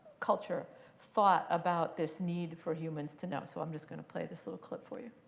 culture thought about this need for humans to know. so i'm just going to play this little clip for you.